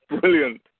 Brilliant